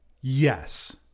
yes